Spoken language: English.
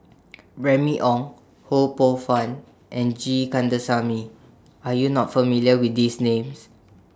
Remy Ong Ho Poh Fun and G Kandasamy Are YOU not familiar with These Names